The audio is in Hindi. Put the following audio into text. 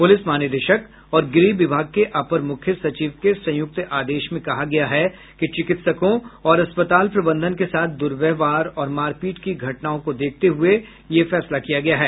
पुलिस महानिदेशक और गृह विभाग के अपर मुख्य सचिव के संयुक्त आदेश में कहा गया है कि चिकित्सकों और अस्पताल प्रबंधन के साथ दुर्व्यवहार और मारपीट की घटनाओं को देखते हुए यह फैसला किया गया है